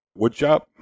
woodshop